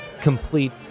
complete